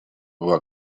była